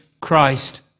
Christ